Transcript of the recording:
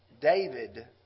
David